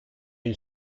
une